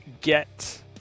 get